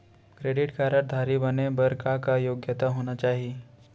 Credit card धारी बने बर का का योग्यता होना चाही?